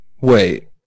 Wait